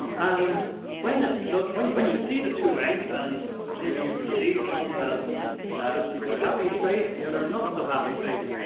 and when it and look when when you see the two eggs and maybe you can see one has pretty happy face you're ah not so happy face.